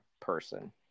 person